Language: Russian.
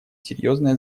серьезной